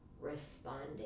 responding